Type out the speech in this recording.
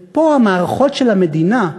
ופה, המערכות של המדינה,